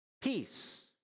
peace